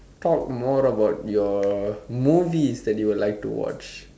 talk more about your movies that you would like to watch